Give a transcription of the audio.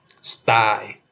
style